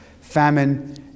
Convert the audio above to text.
famine